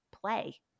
play